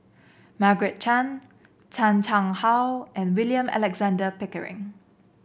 Margaret Chan Chan Chang How and William Alexander Pickering